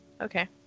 okay